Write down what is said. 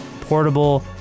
portable